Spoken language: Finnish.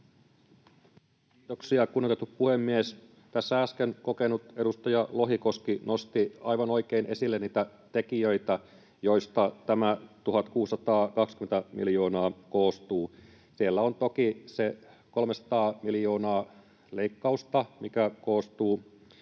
Kiitoksia, kunnioitettu puhemies! Tässä äsken kokenut edustaja Lohikoski nosti aivan oikein esille niitä tekijöitä, joista tämä 1 620 miljoonaa koostuu. Siellä on toki se 300 miljoonaa leikkausta, mistä